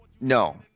no